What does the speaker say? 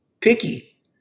picky